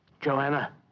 Joanna